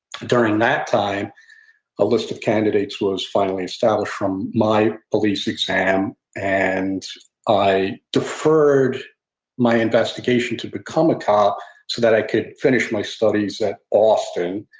during that time a list of candidates was finally established from my police exam, and i deferred my investigation to become a cop so that i could finish my studies at austin.